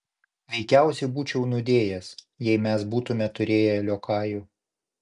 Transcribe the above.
veikiausiai būčiau nudėjęs jei mes būtumėme turėję liokajų